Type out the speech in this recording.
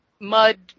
mud